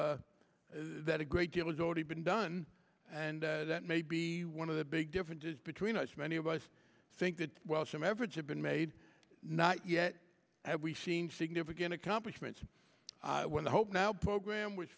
that a great deal is already been done and that may be one of the big differences between us many of us think that well some average have been made not yet have we seen significant accomplishments when the hope now program was